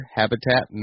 habitat